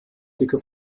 dicke